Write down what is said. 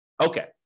Okay